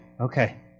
okay